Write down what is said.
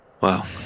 Wow